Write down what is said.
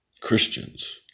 Christians